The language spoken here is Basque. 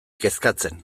kezkatzen